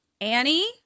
Annie